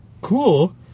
cool